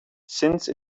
since